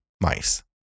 mice